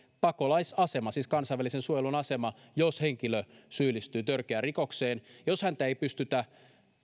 pakolaisasema siis kansainvälisen suojelun asema jos henkilö syyllistyy törkeään rikokseen jos häntä ei pystytä